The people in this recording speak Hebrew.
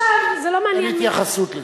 עכשיו, זה לא מעניין מי, אין התייחסות לזה.